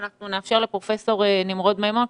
אנחנו נאפשר לפרופ' נמרוד מימון,